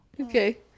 Okay